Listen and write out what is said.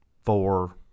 four